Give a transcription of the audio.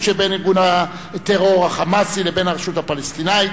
שבין ארגון הטרור "חמאס" לבין הרשות הפלסטינית,